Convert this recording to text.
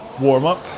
warm-up